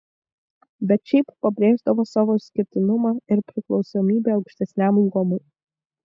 bet šiaip pabrėždavo savo išskirtinumą ir priklausomybę aukštesniam luomui